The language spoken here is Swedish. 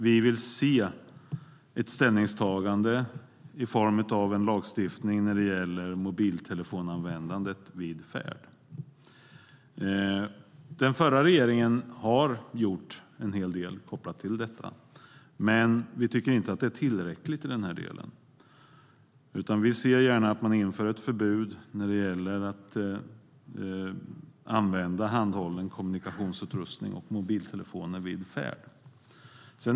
Vi vill se ett ställningstagande i form av lagstiftning om mobiltelefonanvändande under färd. Den förra regeringen gjorde en hel del kopplat till detta, men vi tycker inte att det är tillräckligt. Vi ser gärna att ett förbud införs mot att använda handhållen kommunikationsutrustning och mobiltelefoner under färd.